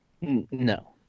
No